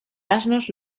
asnos